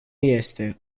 este